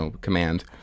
command